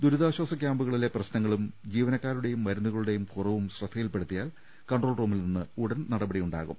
ദുരിതാശ്വാസ കൃാമ്പുകളിലെ പ്രശ്നങ്ങളും ജീവനക്കാരുടേയും മരുന്നുകളുടേയും കുറവും ശ്രദ്ധയിൽപ്പെടുത്തിയാൽ കൺട്രോൾ റൂമിൽ നിന്ന് ഉടൻ നടപടിയുണ്ടാവും